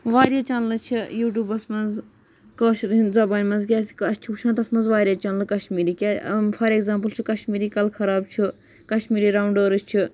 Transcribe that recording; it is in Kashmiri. واریاہ چینلہٕ چھِ یوٗٹوٗبَس منٛز کٲشِر زَبان منٛز کیازِ کہِ اَسہِ چھِ وٕچھُن تَتھ منٛز واریاہ چینلہٕ کَشمیٖرِ کیازِ فار اٮ۪کزامپٔل چھُ کَشمیٖرِ کَلہٕ خراب چھُ کَشمیٖرِ راونڈٲرٕس چھُ